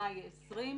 במאי 2020,